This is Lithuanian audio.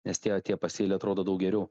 nes tie tie pasėliai atrodo daug geriau